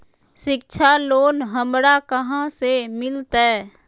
शिक्षा लोन हमरा कहाँ से मिलतै?